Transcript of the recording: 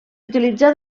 utilitzà